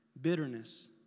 bitterness